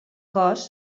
cos